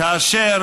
כאשר